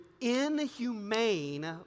inhumane